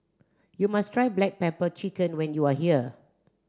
you must try black pepper chicken when you are here